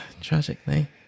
tragically